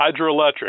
hydroelectric